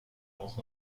entrent